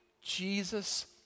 Jesus